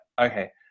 Okay